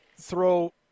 throw